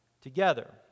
together